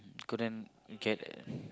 couldn't get a